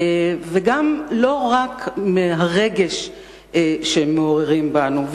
וגם לא רק מהרגש שמעוררים בנו.